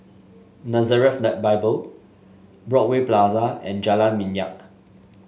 Nazareth Bible Broadway Plaza and Jalan Minyak